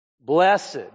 blessed